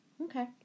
Okay